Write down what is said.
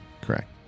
correct